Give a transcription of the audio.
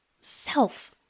self